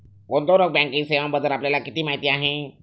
गुंतवणूक बँकिंग सेवांबद्दल आपल्याला किती माहिती आहे?